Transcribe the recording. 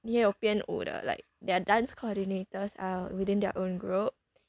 也有编舞的 like their dance coordinators are within their own group